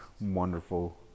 wonderful